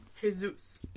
jesus